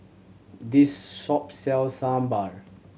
this shop sells Sambar